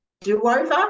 do-over